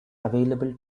available